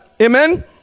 amen